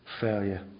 failure